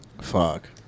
fuck